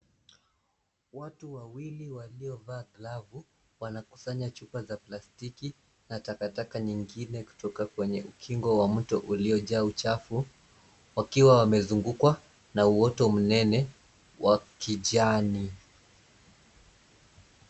Watu wawili waliovaa glavu, wanakusanya chupa za plastiki na takataka nyingine kutoka kwenye ukingo wa mto uliojaa uchafu. Wakiwa wamezungukwa na uoto mnene wa kijani.